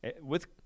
with-